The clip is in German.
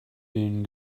den